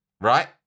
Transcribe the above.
right